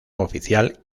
oficial